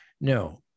No